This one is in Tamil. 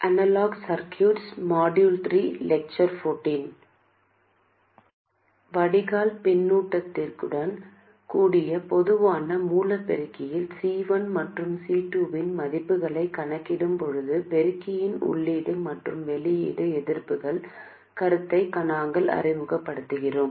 இப்போது C2 மின்தேக்கிக்கு வருவோம் மற்றும் மின்தேக்கி C2 க்கான தடையை கணக்கிடும் போது சுயாதீன மூலமானது நிச்சயமாக பூஜ்ஜியமாக அமைக்கப்படுகிறது எனவே அது ஒரு குறுகிய சுற்று ஆகும்